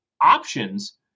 options